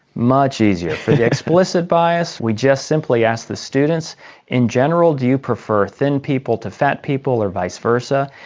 much easier. for the explicit bias we just simply ask the students in general do you prefer thin people to fat people or vice versa?